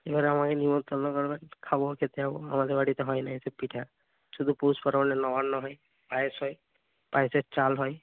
এবারে আমাকে নিমন্তন্ন করবে খাবো খেতে যাবো আমাদের বাড়িতে হয় না এই সব পিঠা শুধু পৌষপার্বণে নবান্ন হয় পায়েস হয় পায়েসের চাল হয়